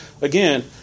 again